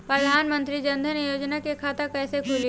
प्रधान मंत्री जनधन योजना के खाता कैसे खुली?